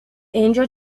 angel